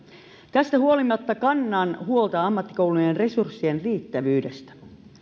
tästä huolimatta kannan huolta ammattikoulujen resurssien riittävyydestä